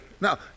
Now